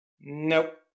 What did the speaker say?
Nope